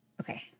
okay